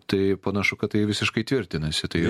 tai panašu kad tai visiškai tvirtinasi tai